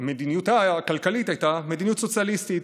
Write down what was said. מדיניותה הכלכלית הייתה מדיניות סוציאליסטית,